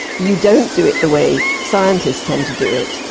you don't do it the way scientists tend to do it,